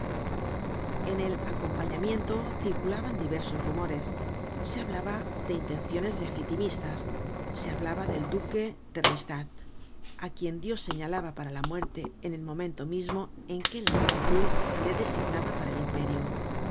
en el acompañamiento circulaban diversos rumores se hablaba de intenciones legitimistas se hablaba del duque de reichstadt á quien dios señalaba para la muerte en el momento mismo en que la multitud le designaba para el imperio